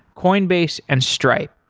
coinbase and stripe.